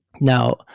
Now